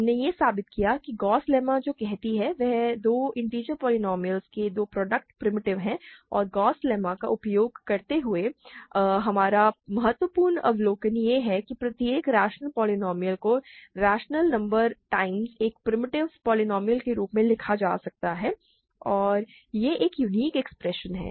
हमने यह साबित किया कि गॉस लेम्मा जो कहती है कि दो इन्टिजर पोलीनोमिअलस के दो प्रॉडक्ट प्रिमिटिव हैं और गॉस लेम्मा का उपयोग करते हुए हमारा महत्वपूर्ण अवलोकन यह है कि प्रत्येक रैशनल पोलीनोमिअल को रैशनल नंबर टाइम्स एक प्रिमिटिव पोलीनोमिअल के रूप में लिखा जा सकता है और यह एक यूनिक एक्सप्रेशन है